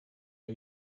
are